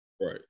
right